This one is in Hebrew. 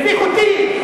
מביך אותי.